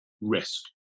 risk